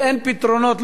ואין פתרונות,